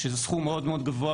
זה סכום מאוד-מאוד גבוה,